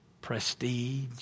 prestige